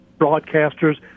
broadcasters